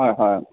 হয় হয়